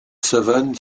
savane